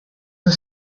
the